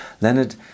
Leonard